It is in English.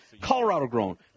Colorado-grown